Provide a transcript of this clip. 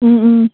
ও ও